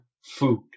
food